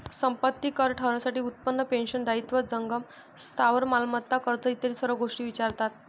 संपत्ती कर ठरवण्यासाठी उत्पन्न, पेन्शन, दायित्व, जंगम स्थावर मालमत्ता, कर्ज इत्यादी सर्व गोष्टी विचारतात